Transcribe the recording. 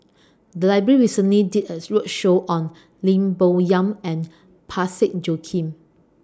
The Library recently did as roadshow on Lim Bo Yam and Parsick Joaquim